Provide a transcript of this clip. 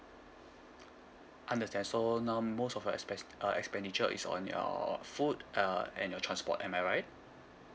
understand so now most of your expes~ uh expenditure is on your food uh and your transport am I right